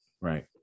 right